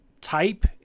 type